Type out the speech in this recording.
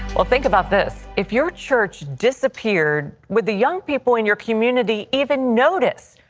think about this. if your church disappeared with the young people in your community even notice?